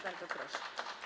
Bardzo proszę.